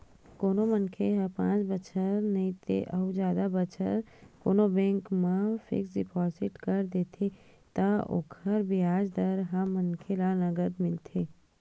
कोनो मनखे ह पाँच बछर बर नइते अउ जादा बछर बर कोनो बेंक म फिक्स डिपोजिट कर देथे त ओकर बियाज दर ह मनखे ल नँगत मिलथे